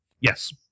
Yes